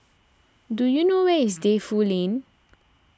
do you know where is Defu Lane